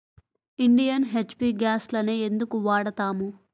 Indian, HP గ్యాస్లనే ఎందుకు వాడతాము?